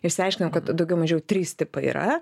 išsiaiškinom kad daugiau mažiau trys tipai yra